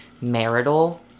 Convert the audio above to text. marital